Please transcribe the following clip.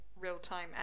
real-time